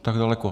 Tak daleko?